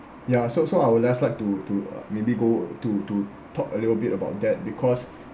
ya so so I will just like to to uh maybe go to to talk a little bit about that because